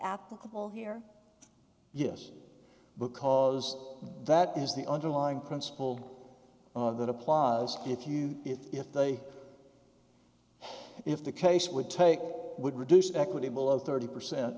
applicable here yes because that is the underlying principle that applause if you if they if the case would take would reduce equity below thirty percent